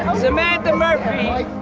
samantha murphy.